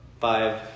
five